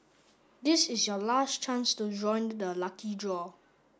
this is your last chance to join the lucky draw